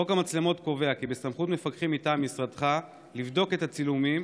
חוק המצלמות קובע כי בסמכות מפקחים מטעם משרדך לבדוק את הצילומים.